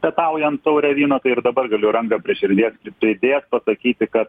pietaujant taurę vyno tai ir dabar galiu ranką prie širdies pridėjęs pasakyti kad